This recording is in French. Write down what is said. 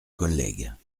collègues